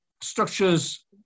structures